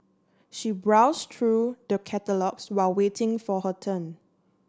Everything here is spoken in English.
she browsed through the catalogues while waiting for her turn